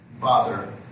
Father